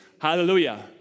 Hallelujah